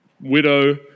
widow